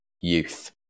Youth